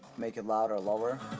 make it loud or lower